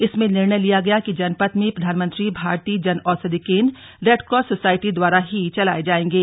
इसमें निर्णय लिया गया कि जनपद में प्रधानमंत्री भारतीय जन औषधि केंद्र रेडक्रॉस सोसाइटी द्वारा ही चलाये जाएंगे